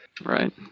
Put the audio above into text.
Right